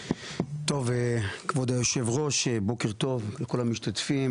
טוב, כבוד היושב-ראש, בוקר טוב לכל המשתתפים.